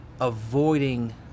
avoiding